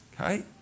Okay